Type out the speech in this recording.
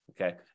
Okay